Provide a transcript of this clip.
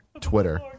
Twitter